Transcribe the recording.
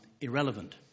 irrelevant